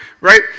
right